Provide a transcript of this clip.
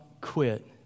quit